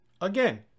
Again